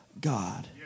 God